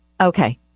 Okay